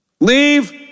Leave